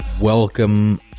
welcome